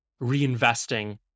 reinvesting